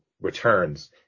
returns